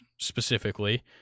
specifically